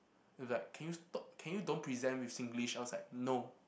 it's like can you stop can you don't present with Singlish I was like no